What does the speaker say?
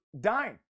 dying